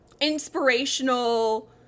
inspirational